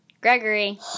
Gregory